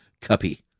Cuppy